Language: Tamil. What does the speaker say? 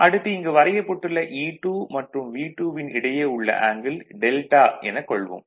அடுத்து இங்கு வரையப்பட்டுள்ள E2 மற்றும் V2 வின் இடையே உள்ள ஆங்கிள் δ எனக் கொள்வோம்